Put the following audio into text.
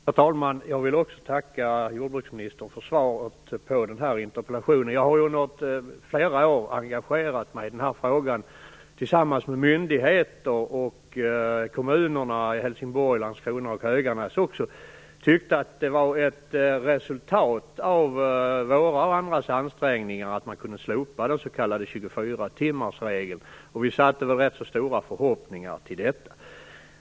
Herr talman! Jag vill också tacka jordbruksministern för svaret på interpellationen. Jag har under flera år engagerat mig i denna fråga tillsammans med myndigheterna och kommunerna i Helsingborg, Landskrona och Höganäs. Vi har tyckt att det har varit ett resultat av våra och andras ansträngningar att man har kunnat slopa den s.k. 24 timmarsregeln. Vi har satt rätt stora förhoppningar till detta.